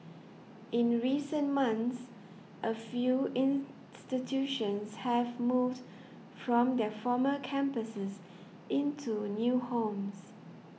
in recent months a few institutions have moved from their former campuses into new homes